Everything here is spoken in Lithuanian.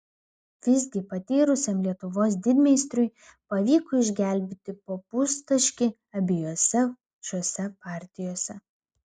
visgi patyrusiam lietuvos didmeistriui pavyko išgelbėti po pustaškį abiejose šiose partijose